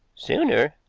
sooner?